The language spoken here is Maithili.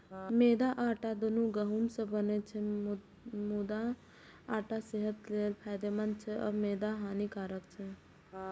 मैदा आ आटा, दुनू गहूम सं बनै छै, मुदा आटा सेहत लेल फायदेमंद छै आ मैदा हानिकारक